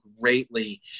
greatly